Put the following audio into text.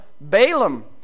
Balaam